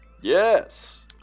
Yes